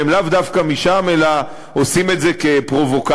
והם לאו דווקא משם אלא עושים את זה כפרובוקציה?